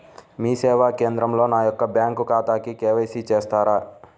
మీ సేవా కేంద్రంలో నా యొక్క బ్యాంకు ఖాతాకి కే.వై.సి చేస్తారా?